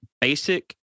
basic